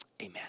amen